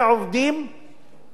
לא מקבלים שכר מינימום,